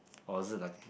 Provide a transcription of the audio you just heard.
or is it like